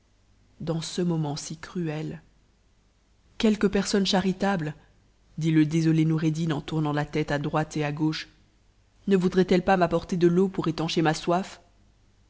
dans ce moment si cruel quelque personne charitable dit le désolé noureddin en tournant la tête à droite et à gauche ne voudrait elle pas m'apporter de l'eau pour étancher ma soif